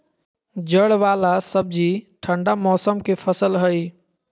जड़ वाला सब्जि ठंडा मौसम के फसल हइ